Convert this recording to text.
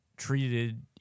treated